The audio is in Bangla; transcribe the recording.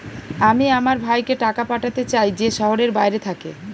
আমি আমার ভাইকে টাকা পাঠাতে চাই যে শহরের বাইরে থাকে